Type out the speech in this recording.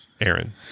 Aaron